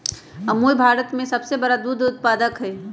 अमूल भारत में सबसे बड़ा दूध उत्पादक हई